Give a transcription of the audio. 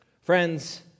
Friends